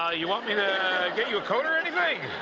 ah you want me to get you a coat or anything?